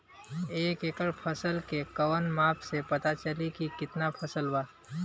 एक एकड़ फसल के कवन माप से पता चली की कितना फल बा?